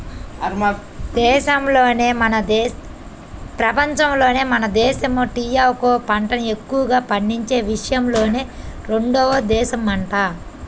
పెపంచంలోనే మన దేశమే టీయాకు పంటని ఎక్కువగా పండించే విషయంలో రెండో దేశమంట